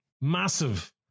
massive